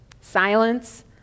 Silence